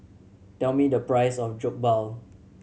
tell me the price of Jokbal